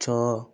ଛଅ